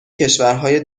کشورهای